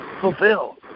fulfill